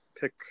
pick